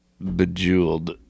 bejeweled